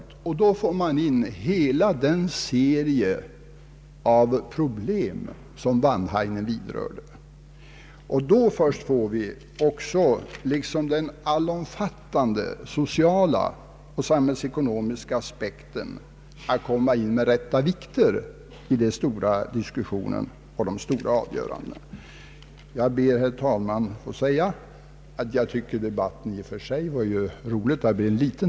I det sammanhanget kan man foga in hela den serie problem som herr Wanhainen vidrörde, och först då får vi frågan belyst ur den allomfattande sociala och samhällsekonomiska aspekten. Rätt vikt kan läggas vid olika frågor i de stora diskussionerna och de stora avgörandena. Herr talman! Jag anser att denna lilla debatt har varit intressant.